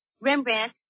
Rembrandt